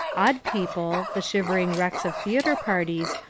odd people, the shivering wrecks of theatre parties,